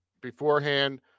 beforehand